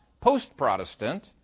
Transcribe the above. post-Protestant